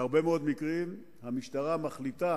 בהרבה מאוד מקרים המשטרה מחליטה